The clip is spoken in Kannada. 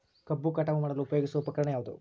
ಕಬ್ಬು ಕಟಾವು ಮಾಡಲು ಉಪಯೋಗಿಸುವ ಉಪಕರಣ ಯಾವುದು?